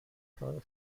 car